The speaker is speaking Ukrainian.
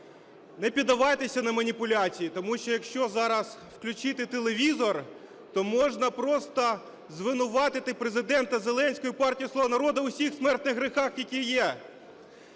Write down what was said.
Не піддавайтеся на маніпуляції, тому що, якщо зараз включити телевізор, то можна просто звинуватити Президента Зеленського і партію "Слуга народу" в усіх смертних гріхах, які є.